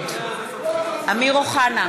נגד אמיר אוחנה,